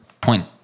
point